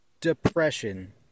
Depression